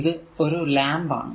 ഇത് ഒരു ലാംപ് ആണ്